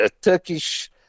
Turkish